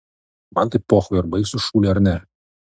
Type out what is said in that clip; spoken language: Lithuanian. man tai pochui ar baigsiu šūlę ar ne